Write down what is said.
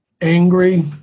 angry